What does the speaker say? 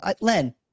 len